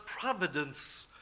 providence